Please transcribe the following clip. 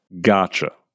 Gotcha